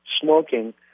smoking